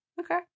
okay